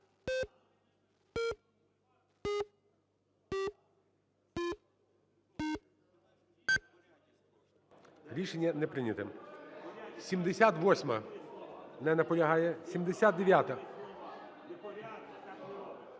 Рішення не прийнято. 79-а. Не наполягає. 78